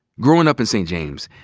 growing up in st. james,